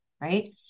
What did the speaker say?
right